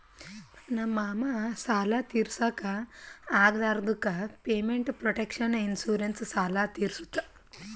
ನಮ್ ಮಾಮಾ ಸಾಲ ತಿರ್ಸ್ಲಕ್ ಆಗ್ಲಾರ್ದುಕ್ ಪೇಮೆಂಟ್ ಪ್ರೊಟೆಕ್ಷನ್ ಇನ್ಸೂರೆನ್ಸ್ ಸಾಲ ತಿರ್ಸುತ್